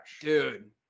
Dude